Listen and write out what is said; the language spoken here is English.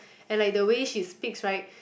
and like the way she speaks right